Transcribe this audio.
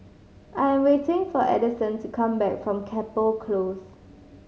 I am waiting for Adyson to come back from Chapel Close